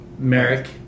Merrick